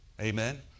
Amen